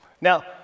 now